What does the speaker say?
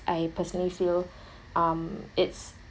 I personally feel um it's